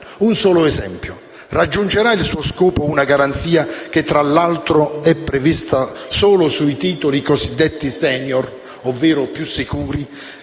se raggiungerà il suo scopo una garanzia, che tra l'altro è prevista solo sui titoli cosiddetti *senior* (ovvero più sicuri),